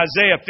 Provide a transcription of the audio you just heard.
Isaiah